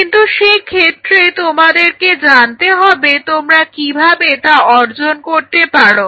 কিন্তু সেক্ষেত্রে তোমাদেরকে জানতে হবে তোমরা কীভাবে তা অর্জন করতে পারো